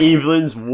Evelyn's